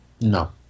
No